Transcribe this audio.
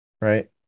right